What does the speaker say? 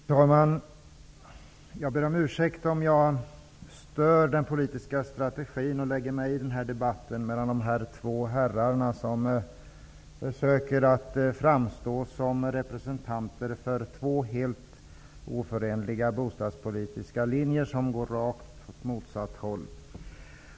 Fru talman! Jag ber om ursäkt om jag stör den politiska strategin och lägger mig i debatten mellan de två herrar som här försöker att framstå som representanter för två helt oförenliga bostadspolitiska linjer, som går åt rakt motsatta håll.